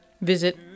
Visit